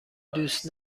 دوست